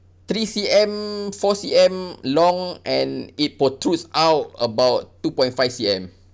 three C_M four C_M long and it protrudes out about two point five C_M